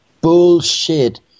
bullshit